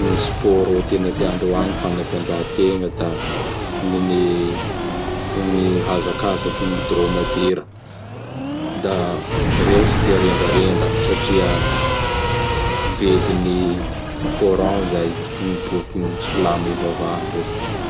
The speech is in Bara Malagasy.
Gn spôro tena tianadreo agny gny fanatanjaha-tegna da gn-gny-gn ny hazakazaky ny drômadera. Da reo tsy tia rendrarendra satria bedin'i Coran zay, ny bokin'i Silamo ivavandreo.